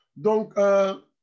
donc